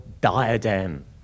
diadem